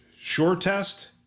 SureTest